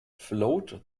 float